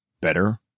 better